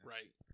Right